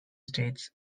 states